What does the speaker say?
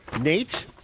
Nate